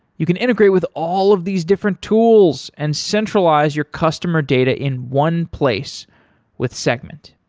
you can integrate with all of these different tools and centralize your customer data in one place with segment.